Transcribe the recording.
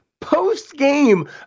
post-game